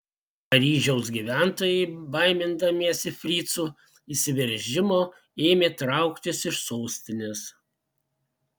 paryžiaus gyventojai baimindamiesi fricų įsiveržimo ėmė trauktis iš sostinės